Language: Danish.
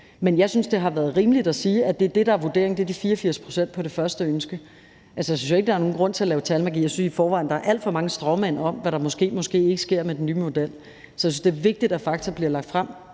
Men jeg synes, det har været rimeligt at sige, at det er det, der er vurderingen; det er de 84 pct., som har fået opfyldt deres første ønske. Jeg synes ikke, der er nogen grund til at lave talmagi. Jeg synes i forvejen, der er alt for mange stråmænd, der handler om, hvad der måske eller måske ikke sker med den nye model. Så jeg synes, det er vigtigt, at fakta bliver lagt frem